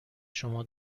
شما